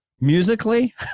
Musically